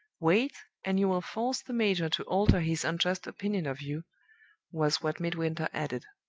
wait, and you will force the major to alter his unjust opinion of you was what midwinter added.